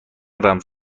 رمز